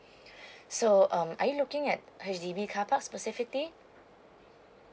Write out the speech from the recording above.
so um are you looking at H_D_B carpark specifically